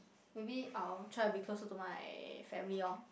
maybe I will try to be closer to my family oh